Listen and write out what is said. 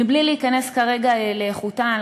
בלי להיכנס כרגע לאיכותן,